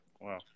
Wow